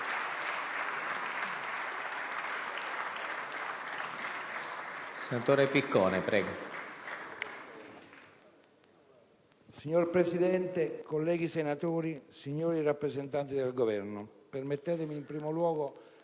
Signor Presidente, colleghi senatori, signori rappresentanti del Governo, permettetemi in primo luogo